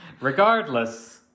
Regardless